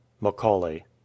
macaulay